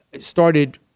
started